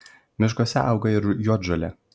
miškuose auga ir juodžolė